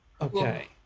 Okay